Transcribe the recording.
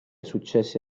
successi